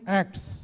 acts